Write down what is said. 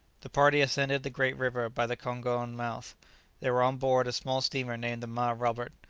the party ascended the great river by the kongone mouth they were on board a small steamer named the ma-robert,